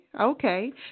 okay